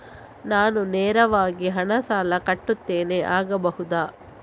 ನಾನು ನೇರವಾಗಿ ಹಣ ಸಾಲ ಕಟ್ಟುತ್ತೇನೆ ಆಗಬಹುದ?